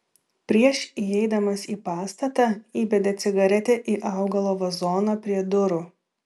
prieš įeidamas į pastatą įbedė cigaretę į augalo vazoną prie durų